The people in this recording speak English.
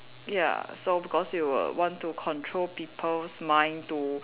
ya so because you will want to control people's mind to